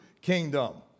kingdom